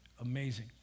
Amazing